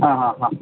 ആ ആ ഹാ